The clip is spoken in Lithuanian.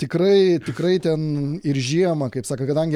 tikrai tikrai ten ir žiemą kaip sako kadangi